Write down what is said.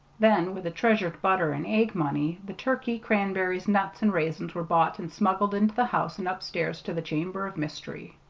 then, with the treasured butter-and-egg money the turkey, cranberries, nuts, and raisins were bought and smuggled into the house and upstairs to the chamber of mystery.